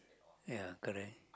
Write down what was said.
ya correct